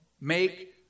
make